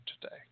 today